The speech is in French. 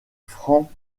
franc